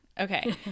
Okay